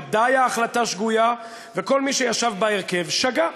בוודאי ההחלטה שגויה, וכל מי שישב בהרכב שגה,